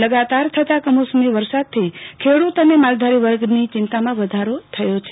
લગાતાર થતા કમોસમી વરસાદથી ખેડૂત અને માલધારી વર્ગ ની ચિંતામાં વધારો થયો છે